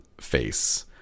face